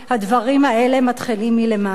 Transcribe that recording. הדברים האלה מתחילים מלמעלה.